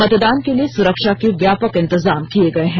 मतदान के लिए सुरक्षा के व्यापक इंतजाम किए गए हैं